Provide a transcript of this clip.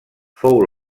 fou